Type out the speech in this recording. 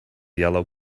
yellow